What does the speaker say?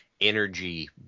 energy